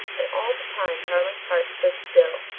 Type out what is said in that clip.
and all the time tarling's heart stood still,